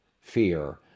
fear